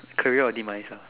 career or demise her